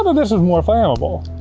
this was more flammable.